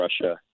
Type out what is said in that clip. Russia